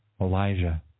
Elijah